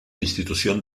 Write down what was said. institucions